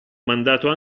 mandato